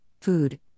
food